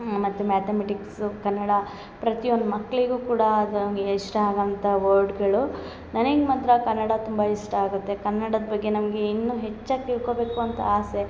ಮತ್ತು ಮ್ಯಾತಮೆಟಿಕ್ಸು ಕನ್ನಡ ಪ್ರತಿಯೊಂದು ಮಕ್ಕಳಿಗೂ ಕೂಡ ಅದೊಂದು ಇಷ್ಟ ಆಗೊಂಥ ವರ್ಡ್ಗಳು ನನಗೆ ಮಾತ್ರ ಕನ್ನಡ ತುಂಬ ಇಷ್ಟ ಆಗುತ್ತೆ ಕನ್ನಡದ ಬಗ್ಗೆ ನಮಗೆ ಇನ್ನು ಹೆಚ್ಚಾಗಿ ತಿಳ್ಕೊಬೇಕು ಅಂತ ಆಸೆ